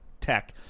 tech